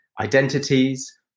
identities